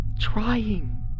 trying